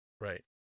Right